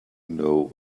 know